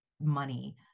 money